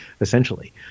essentially